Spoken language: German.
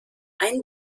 ein